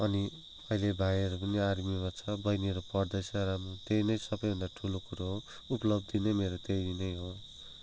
अनि अहिले भाइहरू पनि आर्मीमा छ बहिनीहरू पढ्दैछ र त्यही नै सबैभन्दा ठुलो कुरो हो उपलब्दि नै मेरो त्यही नै हो